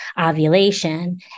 ovulation